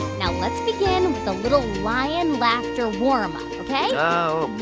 now let's begin with a little lion laughter warmup, ok? oh